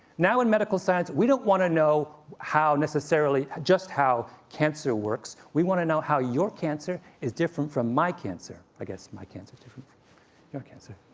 now in medical science, we don't want to know, necessarily, just how cancer works, we want to know how your cancer is different from my cancer. i guess my cancer different from your cancer.